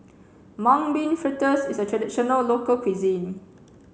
Mung Bean Fritters is a traditional local cuisine